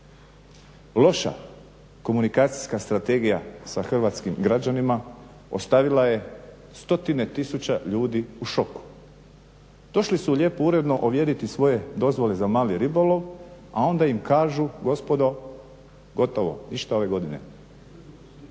Loša komunikacijska strategija sa hrvatskim građanima ostavila je stotine tisuća ljudi u šoku. Došli su lijepo uredno ovjeriti svoje dozvole za mali ribolov, a onda im kažu gospodo gotovo, ništa ove godine.